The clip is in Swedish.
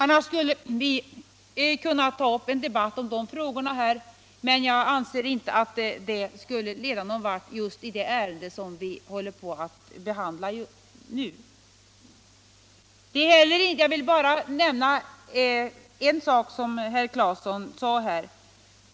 Vi skulle kunna ta upp en debatt om dem här, men jag anser inte att det skulle leda någon vart i det ärende vi nu behandlar. Jag vill bara ta upp en sak som herr Claeson nämnde.